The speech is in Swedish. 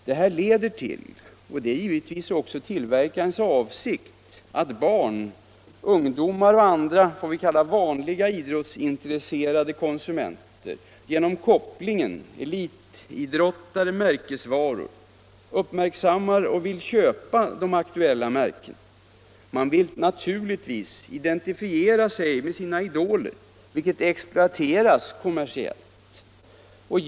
Detta leder till — och det är givetvis också tillverkarnas avsikt — att barn, ungdomar och andra ”vanliga” idrottsintresserade konsumenter genom kopplingen elitidrottare — märkesvaror uppmärksammar och vill köpa de aktuella märkena. Man vill naturligtvis identifiera sig med sina idoler, vilket exploateras kommersiellt.